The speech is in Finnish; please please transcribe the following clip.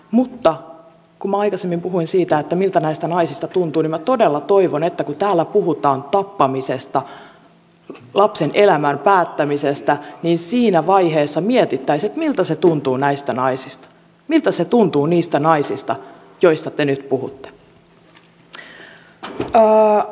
mutta kun minä aikaisemmin puhuin siitä miltä näistä naisista tuntuu niin minä todella toivon että kun täällä puhutaan tappamisesta lapsen elämän päättämisestä niin siinä vaiheessa mietittäisiin miltä se tuntuu näistä naisista miltä se tuntuu niistä naisista joista te nyt puhutte